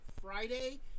Friday